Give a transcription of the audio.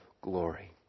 glory